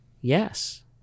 Yes